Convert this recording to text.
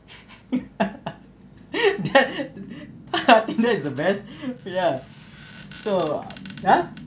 that that is the best ya so ah